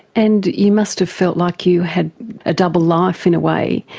and you must have felt like you had a double life, in a way,